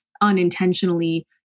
Unintentionally